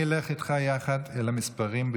אני אלך איתך יחד אל המספרים,